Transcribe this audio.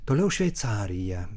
toliau šveicarija